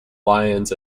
lions